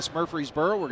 Murfreesboro